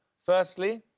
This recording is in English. firstly.